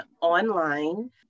online